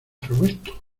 roberto